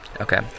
Okay